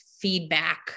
feedback